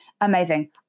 Amazing